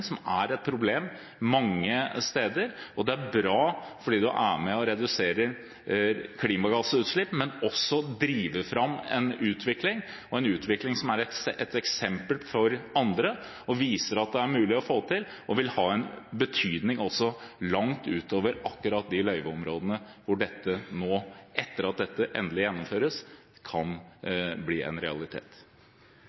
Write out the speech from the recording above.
som er et problem mange steder, og det er bra fordi man er med og reduserer klimagassutslipp. Det er også bra fordi det er med på å drive fram en utvikling – en utvikling som er et eksempel for andre, som viser at det er mulig å få til, og som vil ha en betydning også langt utover de løyveområdene hvor dette nå – etter at det endelig gjennomføres – kan